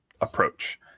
approach